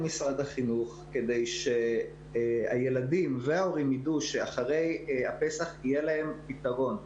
משרד החינוך כדי שהילדים וההורים ידעו שאחרי הפסח יהיה להם פתרון.